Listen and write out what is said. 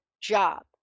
Job